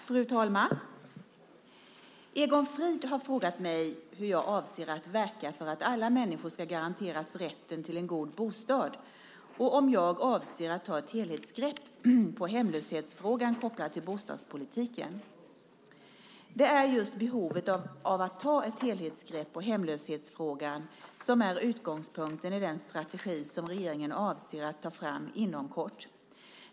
Fru talman! Egon Frid har frågat mig hur jag avser att verka för att alla människor ska garanteras rätten till en god bostad och om jag avser att ta ett helhetsgrepp på hemlöshetsfrågan kopplad till bostadspolitiken. Det är just behovet av att ta ett helhetsgrepp på hemlöshetsfrågan som är utgångspunkten i den strategi som regeringen avser att ta fram inom kort.